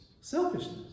Selfishness